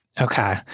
Okay